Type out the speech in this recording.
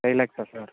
five லாக்ஸா sir